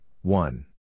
one